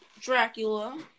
Dracula